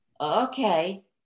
Okay